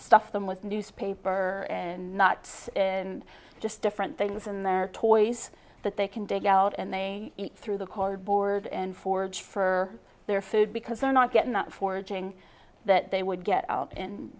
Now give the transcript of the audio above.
stuff them with newspaper and knots and just different things in their toys that they can dig out and they threw the cardboard and forge for their food because they're not getting that foraging that they would get out and